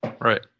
Right